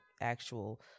actual